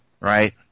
Right